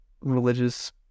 religious